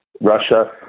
Russia